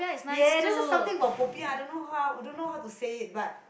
ya there is something about popiah I don't know how I don't know how to say it but